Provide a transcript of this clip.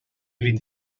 vint